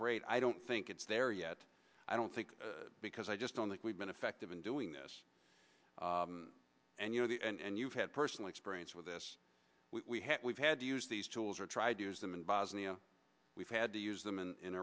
create i don't think it's there yet i don't think because i just don't think we've been effective in doing this and you know the and you've had personal experience with this we've had to use these tools or tried to use them in bosnia we've had to use them in